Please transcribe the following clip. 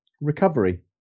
recovery